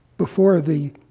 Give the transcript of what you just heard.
before the